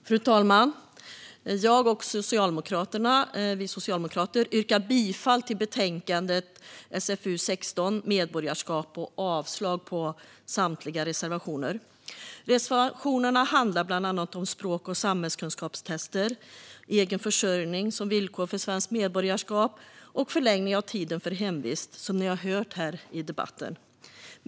Fru talman! Jag och vi socialdemokrater yrkar bifall till utskottets förslag i betänkande SfU16, Medborgarskap , och avslag på samtliga reservationer. Reservationerna handlar bland annat om språk och samhällskunskapstester, egen försörjning som villkor för svenskt medborgarskap och förlängning av tiden för hemvist, som ni har hört här i debatten.